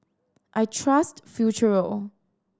I trust Futuro